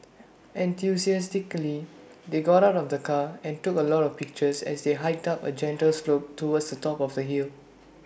enthusiastically they got out of the car and took A lot of pictures as they hiked up A gentle slope towards the top of the hill